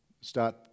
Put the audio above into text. start